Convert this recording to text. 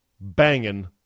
banging